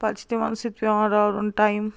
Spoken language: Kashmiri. پتہٕ چھِ تِمن سۭتۍ پیٚوان راورُن ٹایِم